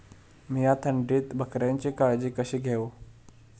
मीया थंडीत बकऱ्यांची काळजी कशी घेव?